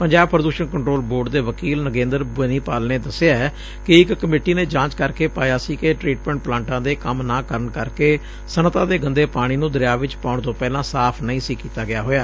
ਪੰਜਾਬ ਪ੍ਦ੍ਦੁਸ਼ਣ control board ਦੇ ਵਕੀਲ ਨਗੇਂਦਰ ਬੋਨੀਪਾਲ ਨੇ ਦਸਿਐ ਕਿ ਇਕ ਕਮੇਟੀ ਨੇ ਜਾਂਚ ਕਰਕੇ ਪਾਇਆ ਸੀ ਕਿ ਟਰੀਟਮੈਂਟ ਪਲਾਂਟਾਂ ਦੇ ਕੰਮ ਨਾ ਕਰਨ ਕਰਕੇ ਸਨਅਤਾਂ ਦੇ ਗੰਦੇ ਪਾਣੀ ਨੂੰ ਦਰਿਆ ਚ ਪਾਉਣ ਤੋਂ ਪਹਿਲਾਂ ਸਾਫ਼ ਨਹੀਂ ਸੀ ਕੀਤਾ ਗਿਆ ਹੋਇਆ